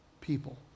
people